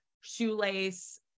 shoelace